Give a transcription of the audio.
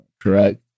correct